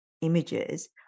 images